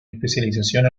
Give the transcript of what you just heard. especialización